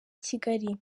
kigali